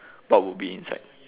what would be inside